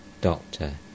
Doctor